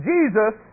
Jesus